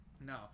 No